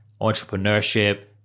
entrepreneurship